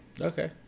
Okay